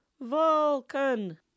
Vulcan